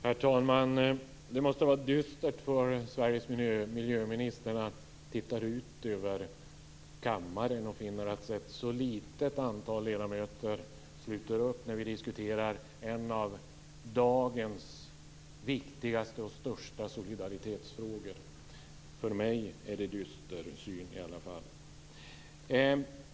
Herr talman! Det måste vara dystert för Sveriges miljöminister när han tittar ut över kammaren och finner att ett så litet antal ledamöter sluter upp när vi diskuterar en av dagens viktigaste och största solidaritetsfrågor. För mig är det i varje fall en dyster syn.